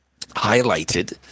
highlighted